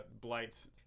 Blight's